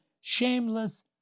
shameless